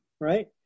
right